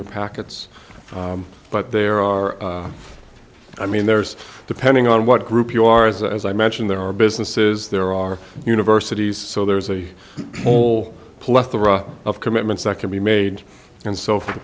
your packets but there are i mean there's depending on what group you are as as i mentioned there are businesses there are universities so there's a whole plethora of commitments that can be made and so for the